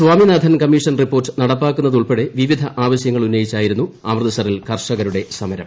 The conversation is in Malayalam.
സ്വാമിനാഥൻ കമ്മീഷൻ റിപ്പോർട്ട് നടപ്പാക്കുന്നത് ഉൾപ്പെടെ വിവിധ ആവശ്യങ്ങൾ ഉന്നയിച്ച് ആയിരുന്നു അമൃത്സറിൽ കർഷകരുടെ സമരം